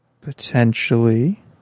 potentially